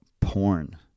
porn